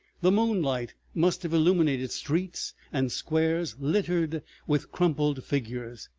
the moonlight must have illuminated streets and squares littered with crumpled figures,